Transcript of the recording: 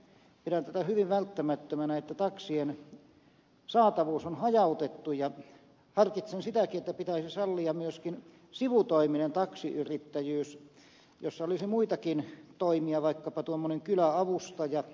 pidän tätä hyvin välttämättömänä että taksien saatavuus on hajautettu ja harkitsen sitäkin että pitäisi sallia myöskin sivutoiminen taksiyrittäjyys niin että olisi muitakin toimia vaikkapa tuommoisena kyläavustajana